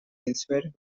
elsewhere